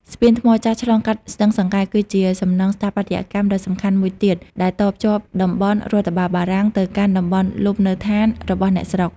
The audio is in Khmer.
ស្ពានថ្មចាស់ឆ្លងកាត់ស្ទឹងសង្កែ គឺជាសំណង់ស្ថាបត្យកម្មដ៏សំខាន់មួយទៀត ដែលតភ្ជាប់តំបន់រដ្ឋបាលបារាំងទៅកាន់តំបន់លំនៅដ្ឋានរបស់អ្នកស្រុក។